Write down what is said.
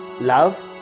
love